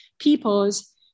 peoples